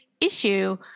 issue